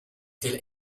telle